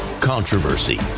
controversy